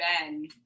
Ben